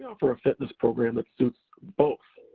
offer a fitness program that suits both,